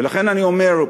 ולכן אני אומר,